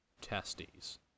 testes